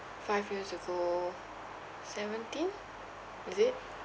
five years ago seventeen is it